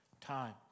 times